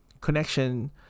connection